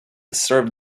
serve